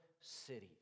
cities